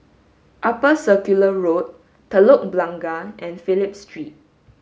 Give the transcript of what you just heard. Upper Circular Road Telok Blangah and Phillip Street